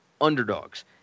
underdogs